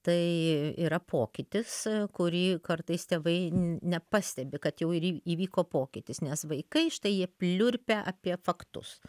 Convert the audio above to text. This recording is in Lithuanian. tai yra pokytis kurį kartais tėvai nepastebi kad jau ir įvyko pokytis nes vaikai štai jie pliurpia apie faktus